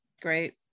great